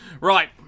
Right